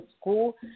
school